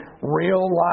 real-life